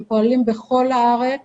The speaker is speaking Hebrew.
הם פועלים בכל הארץ